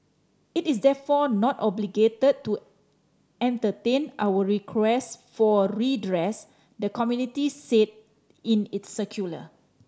it is therefore not obligated to entertain our requests for redress the committee said in its circular